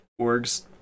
orgs